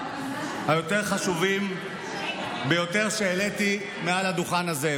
החשובים ביותר שהעליתי מעל הדוכן הזה.